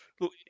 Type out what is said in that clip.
look